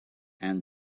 and